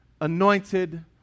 anointed